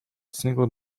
single